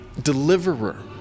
deliverer